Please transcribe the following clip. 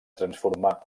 transformar